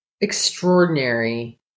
extraordinary